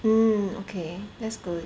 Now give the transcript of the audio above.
mm okay that's good